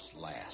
last